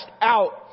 out